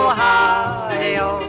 Ohio